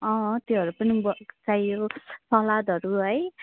अँ त्योहरू पनि अब चाहियो सलादहरू है